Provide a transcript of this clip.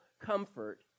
comfort